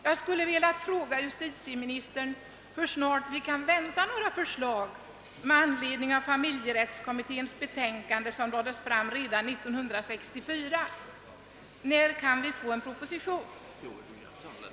Jag skulle vilja fråga justitieministern hur snart vi kan vänta några förslag med anledning av familjerättskommitténs betänkande, som lades fram redan 1964. När kan vi få en proposition i ärendet?